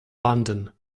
london